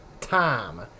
time